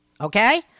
Okay